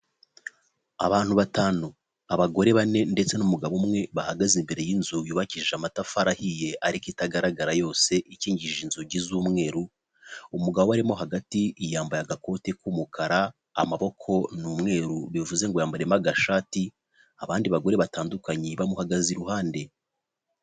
Abantu batanu abagore bane ndetse n'umugabo umwe bahagaze imbere y'inzu yubakishije amatafari ahiye ariko itagaragara yose ikingishije inzugi z'umweru, umugabo ubarimo hagati yambaye agakoti k'umukara, amaboko ni umweru bivuze ngo yambariyemo agashati, abandi bagore batandukanye bamuhagaze iruhande.